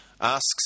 asks